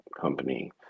company